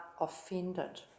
offended